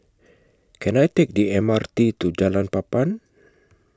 Can I Take The M R T to Jalan Papan